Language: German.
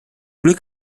glück